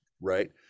right